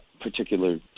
particular